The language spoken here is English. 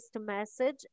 message